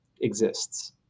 exists